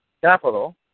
capital